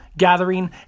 gathering